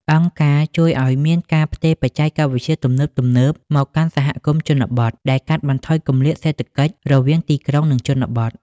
អង្គការជួយឱ្យមានការផ្ទេរបច្ចេកវិទ្យាទំនើបៗមកកាន់សហគមន៍ជនបទ ដែលកាត់បន្ថយគម្លាតសេដ្ឋកិច្ចរវាងទីក្រុង និងជនបទ។